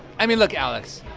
i mean, look, alex.